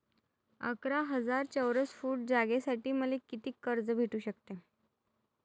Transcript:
अकरा हजार चौरस फुट जागेसाठी मले कितीक कर्ज भेटू शकते?